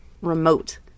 remote